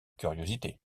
curiosité